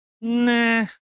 nah